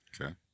Okay